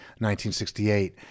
1968